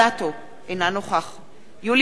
אינה נוכחת יולי יואל אדלשטיין,